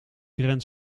grand